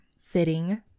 fitting